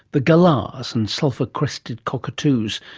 the galahs and sulphur crested cockatoos,